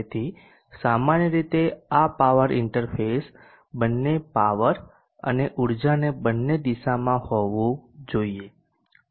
તેથી સામાન્ય રીતે આ પાવર ઇન્ટરફેસ બંને પાવર અને ઉર્જાને બંને દિશામાં હોવું જોઈએ